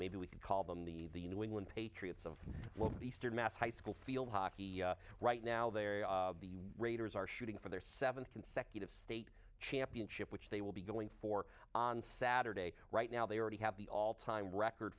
maybe we could call them the new england patriots of the eastern mass high school field hockey right now they're the raiders are shooting for their seventh consecutive state championship which they will be going for on saturday right now they already have the all time record